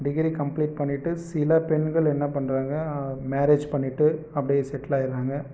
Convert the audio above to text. degree complete பண்ணிவிட்டு சில பெண்கள் என்ன பண்ணுறாங்க மேரேஜ் பண்ணிவிட்டு அப்டே செட்டில் ஆயிடுறாங்க